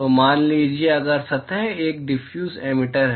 तो मान लीजिए अगर सतह एक डिफ्यूज एमिटर है